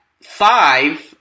five